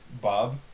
Bob